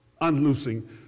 unloosing